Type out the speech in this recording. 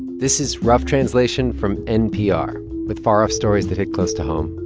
this is rough translation from npr with far-off stories that hit close to home.